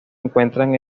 encuentran